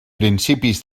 principis